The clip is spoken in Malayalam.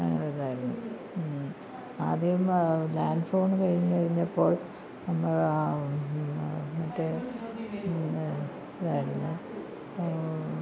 അങ്ങനെ ഒരിതായിരുന്നു ആദ്യം ലാൻഡ് ഫോൺ കഴിഞ്ഞ് കഴിഞ്ഞപ്പോൾ മറ്റേ പിന്നെ ഇതായിരുന്നു